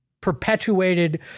perpetuated